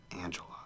Angela